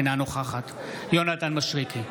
אינה נוכחת יונתן מישרקי,